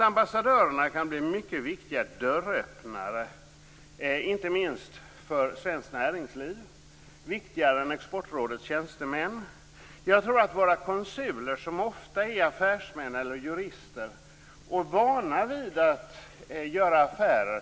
Ambassadörerna kan bli mycket viktiga dörröppnare, inte minst för svenskt näringsliv. De kan bli viktigare än Exportrådets tjänstemän. Våra konsuler är ofta affärsmän eller jurister och de är vana vid att göra affärer.